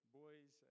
boys